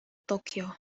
tokyo